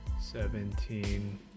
seventeen